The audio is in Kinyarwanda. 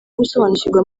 gusobanukirwa